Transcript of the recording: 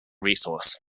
resource